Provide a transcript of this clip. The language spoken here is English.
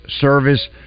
service